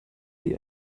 die